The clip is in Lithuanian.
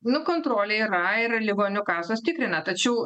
nu kontrolė yra ir ligonių kasos tikrina tačiau